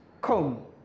comb